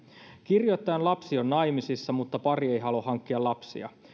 kirjoittajan lapsi on naimisissa mutta pari ei halua hankkia lapsia